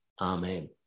Amen